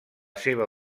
seva